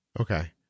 Okay